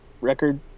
record